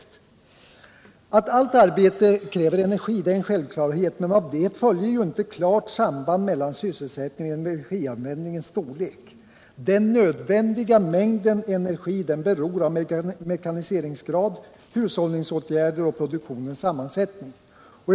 15 december 1977 Att allt arbete kräver energi är en självklarhet, men av det följer inte ett klart samband mellan sysselsättning och energianvändningens storlek. — Den fysiska Den nödvändiga mängden energi beror av mekaniseringsgrad, hushåll — riksplaneringen för ningsåtgärder och produktionens sammansättning.